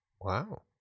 wow